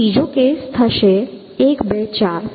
પછી બીજો કેસ થશે 1 2 4